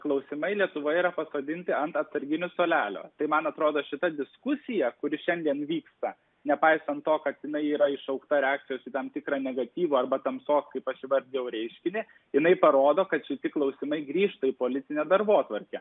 klausimai lietuvoje yra pasodinti ant atsarginių suolelio tai man atrodo šita diskusija kuri šiandien vyksta nepaisant to kad jinai yra iššaukta reakcijos į tam tikrą negatyvą arba tamsos kaip aš įvardijau reiškinį jinai parodo kad šitie klausimai grįžta į politinę darbotvarkę